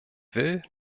will